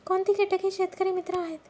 कोणती किटके शेतकरी मित्र आहेत?